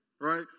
Right